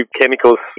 chemicals